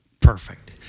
perfect